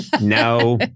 No